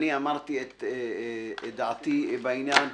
אמרתי את דעתי בעניין.